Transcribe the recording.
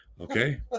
okay